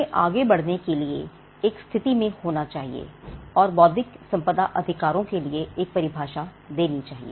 हमें आगे बढ़ने के लिए एक स्थिति में होना चाहिए और बौद्धिक संपदा अधिकारों के लिए एक परिभाषा देनी चाहिए